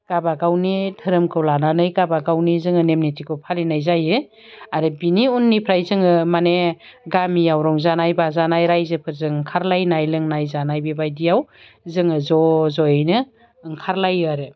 गाबागावनि धोरोमखौ लानानै गावबा गावनि जोङो नेम निथिखौ फालिनाय जायो आरो बेनि उननिफ्राय जोङो माने गामियाव रंजानाय बाजानाय रायजोफोरजों ओंखारलायनाय लोंनाय जानाय बेबायदियाव जोङो ज' जयैनो ओंखारलायो आरो